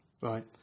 Right